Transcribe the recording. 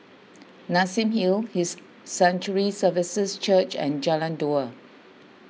Nassim Hill His Sanctuary Services Church and Jalan Dua